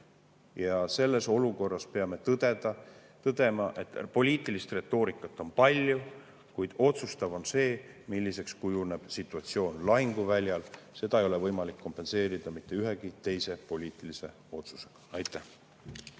Selles olukorras peame tõdema, et poliitilist retoorikat on palju, kuid otsustav on see, milliseks kujuneb situatsioon lahinguväljal. Seda ei ole võimalik kompenseerida mitte ühegi teise poliitilise otsusega. Aitäh!